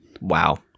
Wow